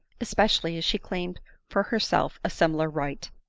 especially as she claimed for herself a similar right.